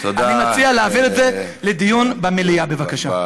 אני מציע להעביר את זה לדיון במליאה, בבקשה.